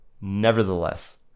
Nevertheless